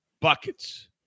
Buckets